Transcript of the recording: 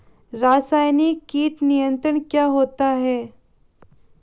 रसायनिक कीट नियंत्रण क्या होता है?